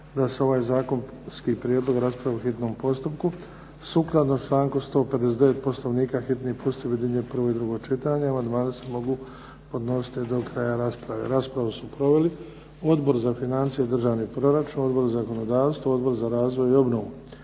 da se ovaj zakonski prijedlog raspravi po hitnom postupku, sukladno članku 159. Poslovnika. Hitni postupak objedinjuje prvo i drugo čitanje. Amandmani se mogu podnositi do kraja rasprave. Raspravu su proveli Odbor za financije i državni proračun, Odbor za zakonodavstvo, Odbor za razvoj i obnovu.